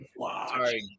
sorry